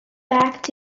back